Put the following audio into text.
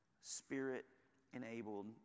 spirit-enabled